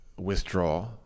withdraw